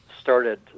started